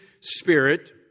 Spirit